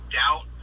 doubt